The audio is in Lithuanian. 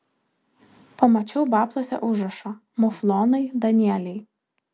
pamačiau babtuose užrašą muflonai danieliai